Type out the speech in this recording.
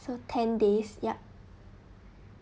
so ten days yup